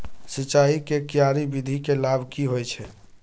सिंचाई के क्यारी विधी के लाभ की होय छै?